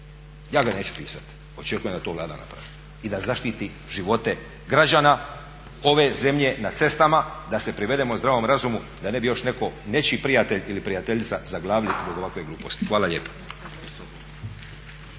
Ja ga neću pisati, očekujem da to Vlada napravi i da zaštiti živote građana ove zemlje na cestama, da se privedemo zdravom razumu da ne bi još netko, nečiji prijatelj ili prijateljica zaglavili zbog ovakve gluposti. Hvala lijepa.